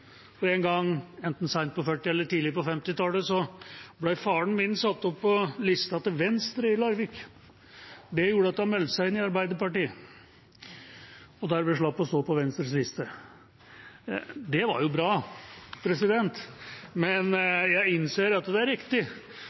En gang, enten seint på 1940-tallet eller tidlig på 1950-tallet, ble faren min satt opp på Venstres liste i Larvik. Det gjorde at han meldte seg inn i Arbeiderpartiet og dermed slapp å stå på Venstres liste. Det var jo bra, men jeg innser at det er riktig